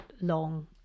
long